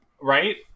right